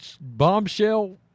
bombshell